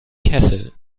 kessel